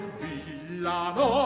villano